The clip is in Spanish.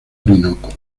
orinoco